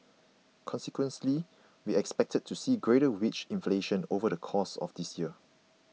consequently we expect to see greater wage inflation over the course of this year